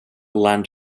land